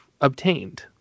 obtained